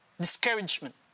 discouragement